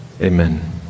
amen